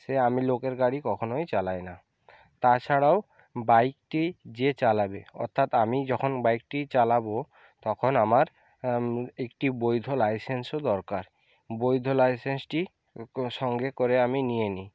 সে আমি লোকের গাড়ি কখনোই চালাই না তাছাড়াও বাইকটি যে চালাবে অর্থাৎ আমি যখন বাইকটি চালাব তখন আমার একটি বৈধ লাইসেন্সও দরকার বৈধ লাইসেন্সটি সঙ্গে করে আমি নিয়ে নিই